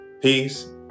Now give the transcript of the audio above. peace